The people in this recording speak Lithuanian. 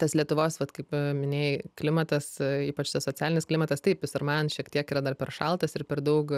tas lietuvos vat kaip minėjai klimatas ypač tas socialinis klimatas taip jis ir man šiek tiek yra dar per šaltas ir per daug